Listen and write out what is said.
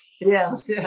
Yes